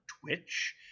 Twitch